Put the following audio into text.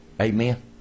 Amen